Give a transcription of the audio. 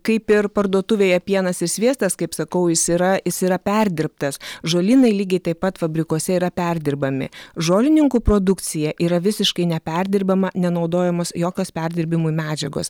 kaip ir parduotuvėje pienas ir sviestas kaip sakau jis yra jis yra perdirbtas žolynai lygiai taip pat fabrikuose yra perdirbami žolininkų produkcija yra visiškai neperdirbama nenaudojamos jokios perdirbimui medžiagos